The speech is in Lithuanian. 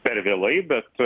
per vėlai bet